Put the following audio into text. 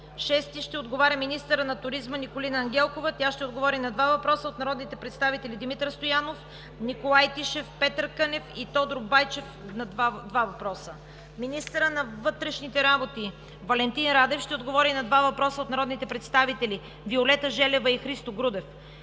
Любомир Бонев. 6. Министърът на туризма Николина Ангелкова ще отговори на два въпроса от народните представители Димитър Стоянов, Николай Тишев, Петър Кънев и Тодор Байчев – два въпроса. 7. Министърът на вътрешните работи Валентин Радев ще отговори на два въпроса от народните представители Виолета Желева; и Христо Грудев.